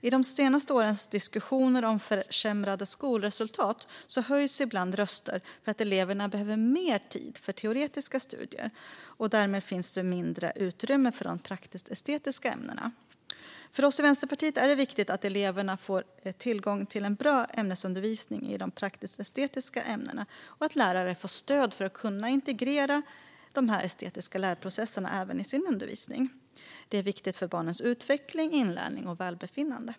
I de senaste årens diskussion om försämrade skolresultat höjs ibland röster för att eleverna behöver mer tid för teoretiska studier, och därmed finns mindre utrymme för de praktisk-estetiska ämnena. För oss i Vänsterpartiet är det viktigt att eleverna får tillgång till bra ämnesundervisning i de praktisk-estetiska ämnena och att lärare får stöd för att kunna integrera de estetiska lärprocesserna i sin undervisning. Det är viktigt för barns utveckling, inlärning och välbefinnande.